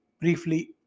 briefly